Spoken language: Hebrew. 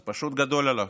זה פשוט גדול עליו.